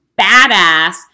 badass